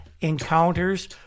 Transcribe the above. encounters